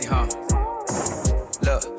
Look